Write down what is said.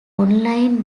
online